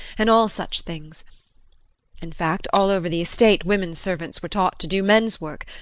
and all such things in fact, all over the estate women servants were taught to do men's work,